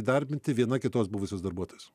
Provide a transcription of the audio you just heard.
įdarbinti viena kitos buvusius darbuotojus